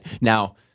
Now